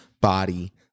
body